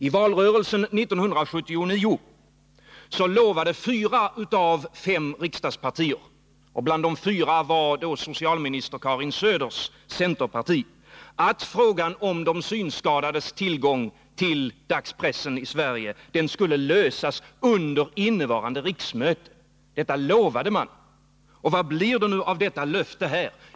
I valrörelsen 1979 lovade fyra av fem riksdagspartier, bland dem socialminister Karin Söders centerparti, att frågan om de synskadades tillgång till dagspressen i Sverige skulle lösas ”under innevarande riksmöte”. Detta lovade man, men vad blir det nu av detta löfte?